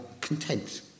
content